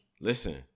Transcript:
Listen